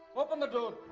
open the door.